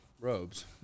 robes